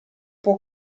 può